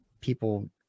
people